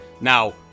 Now